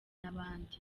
n’abandi